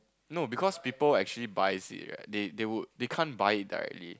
no because people actually buys it right they they would they can't buy it directly